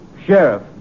Sheriff